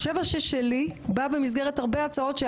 השישה-שבעה שלי בא במסגרת הרבה הצעות.